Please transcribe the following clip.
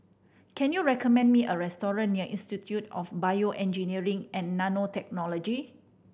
can you recommend me a restaurant near Institute of BioEngineering and Nanotechnology